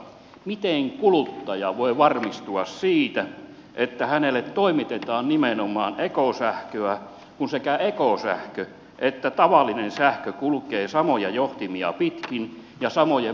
miten kuluttaja voi varmistua siitä että hänelle toimitetaan nimenomaan ekosähköä kun sekä ekosähkö että tavallinen sähkö kulkevat samoja johtimia pitkin ja samojen muuntajien kautta